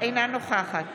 אינה נוכחת